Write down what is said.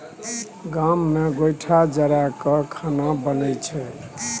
गाम मे गोयठा जरा कय खाना बनइ छै